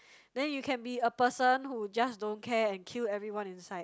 then you can be a person who just don't care and kill everyone inside